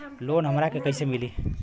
Loan हमरा के कईसे मिली?